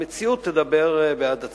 המציאות תדבר בעד עצמה.